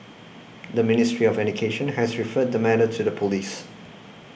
the Ministry of Education has referred the matter to the police